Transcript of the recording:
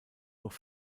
noch